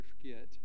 forget